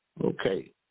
Okay